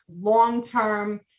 long-term